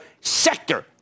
sector